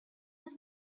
was